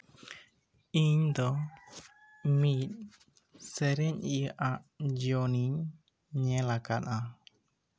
ᱤᱧ ᱫᱚ ᱢᱤᱫ ᱥᱮᱨᱮᱧᱤᱭᱟᱹ ᱟᱜ ᱡᱤᱭᱚᱱᱤᱧ ᱧᱮᱞ ᱟᱠᱟᱫᱼᱟ